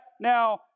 Now